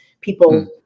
people